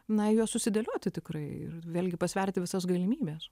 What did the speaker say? na juos susidėlioti tikrai ir taigi pasverti visas galimybes